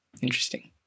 interesting